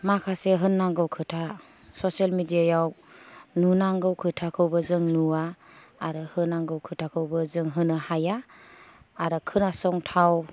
माखासे होननांगौ खोथा ससियेल मेडियायाव नुनांगौ खोथाखौबो जों नुवा आरो होनांगौ खोथाखौबो जों होनो हाया आरो खोनासंथाव